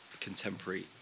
contemporary